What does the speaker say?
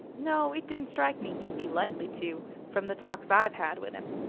no, it didn't strike me he'd be likely to, from the talks i've had with him.